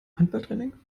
handballtraining